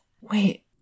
wait